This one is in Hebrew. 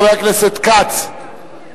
חבר הכנסת כץ,